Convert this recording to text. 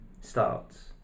starts